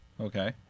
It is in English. Okay